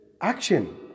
action